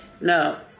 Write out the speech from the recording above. No